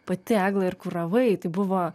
pati egla ir kuravai tai buvo